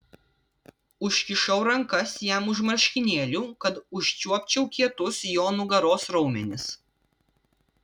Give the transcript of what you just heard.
užkišau rankas jam už marškinėlių kad užčiuopčiau kietus jo nugaros raumenis